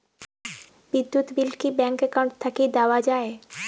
বিদ্যুৎ বিল কি bank account থাকি দেওয়া য়ায়?